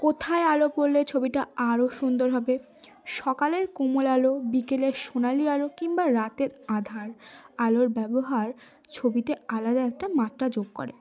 কোথায় আলো পড়লে ছবিটা আরও সুন্দর হবে সকালের কোমল আলো বিকেলের সোনালি আলো কিংবা রাতের আধার আলোর ব্যবহার ছবিতে আলাদা একটা মাত্রা যোগ করে